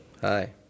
Hi